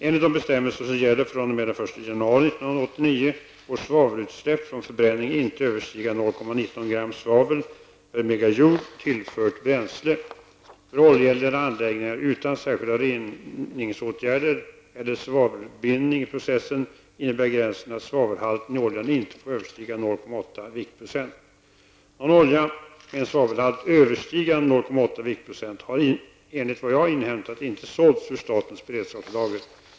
januari 1989 får svavelutsläpp från förbränning inte överstiga 0,19 gram svavel per megajoule tillfört bränsle. För oljeeldande anläggningar -- utan särskilda reningsåtgärder eller svavelbindning i processen -- innebär gränsen att svavelhalten i oljan inte får överstiga 0,8 viktprocent. viktprocent har enligt vad jag inhämtat inte sålts ur statens beredskapslager.